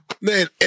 Man